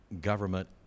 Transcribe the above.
government